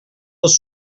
els